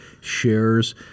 shares